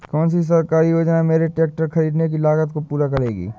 कौन सी सरकारी योजना मेरे ट्रैक्टर ख़रीदने की लागत को पूरा करेगी?